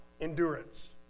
endurance